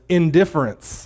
indifference